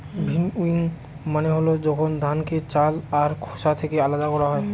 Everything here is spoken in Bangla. ভিন্নউইং মানে হল যখন ধানকে চাল আর খোসা থেকে আলাদা করা হয়